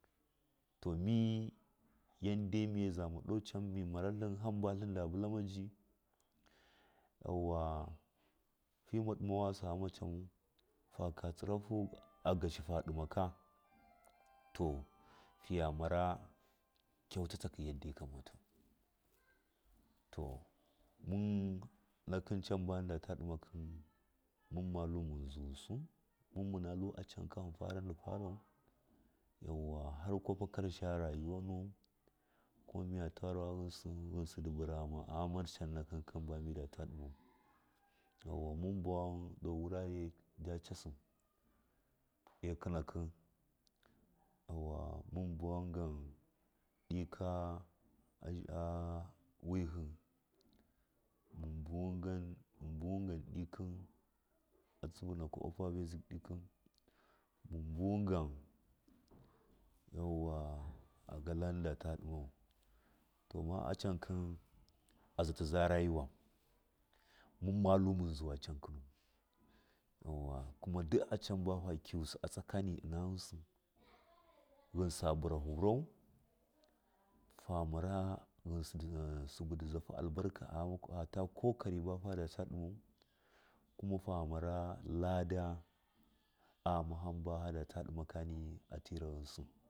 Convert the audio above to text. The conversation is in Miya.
To mi yaddai miya zama ɗo can mimara tlin haba da mara ji fɨma ɗima wasa ghama canmu faka tsira agaghifu fa dimaka fiya mara kyauta yada yakate to mun nakɨ can buna mundi ta dimake munna tlu munzusi mun muna tlu acanka munfara dɨfarau ko kafa karshega rayuwanan kuma miya ta rawa ghɨnsi ghɨnsi dɨ burama aghama can nakikim ba midadu dimau mun bawan mun bawangan ka dzib, ika wihɨ mun bugan mubuwan gan ikɨn a tsivunakwa upper basic ɗikɨn mun buwun ga agala muta da ɗimar to ma acan a zata zata rayuwa kuma duk acan baha kɨyusɨ tsakani hu ufa ghɨnsi ndɨ sɨbu ndi zahu albarka aghama ata kokari ba fada ta ɗimar famara lada aghama ham ba fadata ɗimankani.